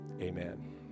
amen